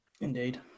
Indeed